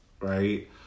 right